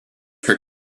her